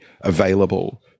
available